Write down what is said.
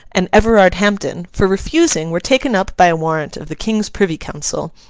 and everard hampden, for refusing were taken up by a warrant of the king's privy council,